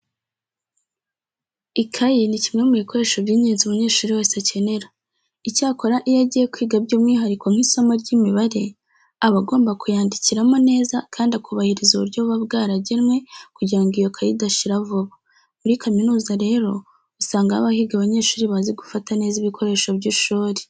Ikayi ni kimwe mu bikoresho by'ingenzi umunyeshuri wese akenera. Icyakora iyo agiye kwiga by'umwihariko nk'isomo ry'imibare, aba agomba kuyandikiramo neza kandi akubahiriza uburyo buba bwaragenwe kugira ngo iyo kayi idashira vuba. Muri kaminuza rero usanga haba higa abanyeshuri bazi gufata neza ibikoresho by'ishuri.